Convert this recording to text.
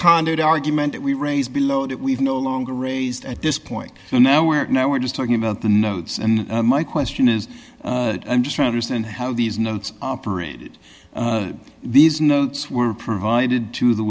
conduit argument that we raise below that we've no longer raised at this point so now we're now we're just talking about the notes and my question is i'm just trying to send how these notes operated these notes were provided to the